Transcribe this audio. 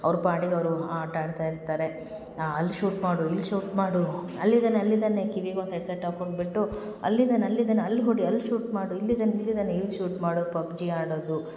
ಅವ್ರ ಪಾಡಿಗೆ ಅವರು ಆಟ ಆಡ್ತಯಿರ್ತಾರೆ ಆ ಅಲ್ಲಿ ಶೂಟ್ ಮಾಡು ಇಲ್ಲಿ ಶೂಟ್ ಮಾಡು ಅಲ್ಲಿಂದ ಅಲ್ಲಿಂದ ಕಿವಿಗೊಂದು ಹೆಡ್ಸೆಟ್ ಹಾಕೊಂಡು ಬಿಟ್ಟು ಅಲ್ಲಿದನ್ನ ಅಲ್ಲಿದನ್ನ ಅಲ್ಲಿ ಹೊಡಿ ಅಲ್ಲಿ ಶೂಟ್ ಮಾಡು ಇಲ್ಲಿದನ್ನ ಇಲ್ಲಿದಾನೆ ಇಲ್ಲಿ ಶೂಟ್ ಮಾಡು ಪಬ್ಜಿ ಆಡೋದು